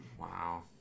wow